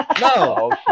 No